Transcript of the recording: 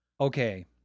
okay